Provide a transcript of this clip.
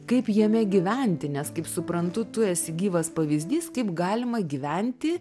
kaip jame gyventi nes kaip suprantu tu esi gyvas pavyzdys kaip galima gyventi